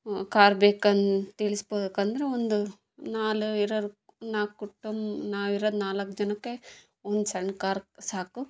car ಬೇಕಂದು ತಿಳ್ಸ್ಬೇಕಂದ್ರ್ ಒಂದು ನಾಲ್ ಇರೋರು ನಾಲ್ಕು ಕುಟುಂಬ ನಾವು ಇರದು ನಾಲ್ಕು ಜನಕ್ಕೆ ಒಂದು ಸಣ್ಣ ಕಾರ್ ಸಾಕು